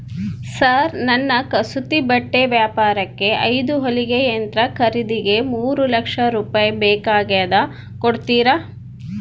Sir ನನ್ನ ಕಸೂತಿ ಬಟ್ಟೆ ವ್ಯಾಪಾರಕ್ಕೆ ಐದು ಹೊಲಿಗೆ ಯಂತ್ರ ಖರೇದಿಗೆ ಮೂರು ಲಕ್ಷ ಸಾಲ ಬೇಕಾಗ್ಯದ ಕೊಡುತ್ತೇರಾ?